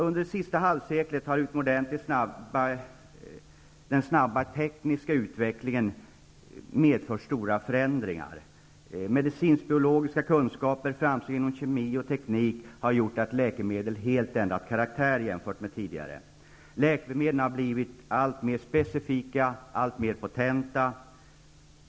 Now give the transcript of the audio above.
Under det senaste halvseklet har den snabba tekniska utvecklingen medfört stora förändringar. Ökade medicinsk-biologiska kunskaper samt framsteg inom kemi och teknik har gjort att läkemedel helt har ändrat karaktär. De har blivit alltmer specifika och potenta.